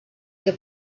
que